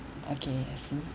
okay I see